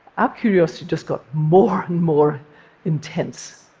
our curiosity just got more and more intense,